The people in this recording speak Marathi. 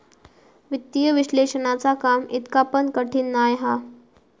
वित्तीय विश्लेषणाचा काम इतका पण कठीण नाय हा